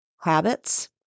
habits